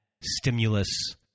stimulus